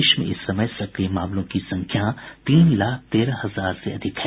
देश में इस समय सक्रिय मामलों की संख्या तीन लाख तेरह हजार से अधिक है